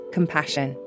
Compassion